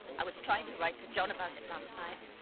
i was trying to write to john about it last night.